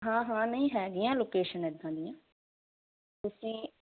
ਹਾਂ ਹਾਂ ਨਹੀਂ ਹੈਗੀਆਂ ਲੋਕੇਸ਼ਨ ਇਦਾਂ ਦੀਆਂ ਤੁਸੀਂ